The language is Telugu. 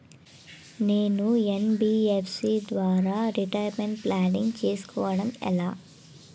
నేను యన్.బి.ఎఫ్.సి ద్వారా రిటైర్మెంట్ ప్లానింగ్ చేసుకోవడం ఎలా?